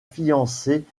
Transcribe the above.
fiancée